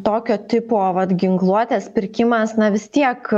tokio tipo vat ginkluotės pirkimas na vis tiek